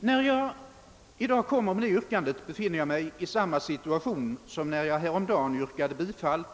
När jag i dag framställer det yrkandet befinner jag mig i samma situation som när jag häromdagen yrkade bifall